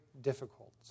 difficult